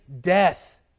death